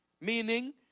meaning